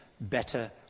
better